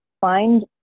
find